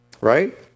Right